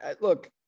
look